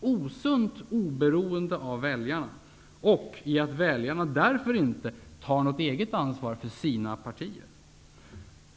osunt oberoende av väljarna och i att väljarna därför inte tar något eget ansvar för sina partier.